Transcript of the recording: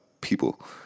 people